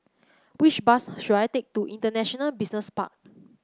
which bus should I take to International Park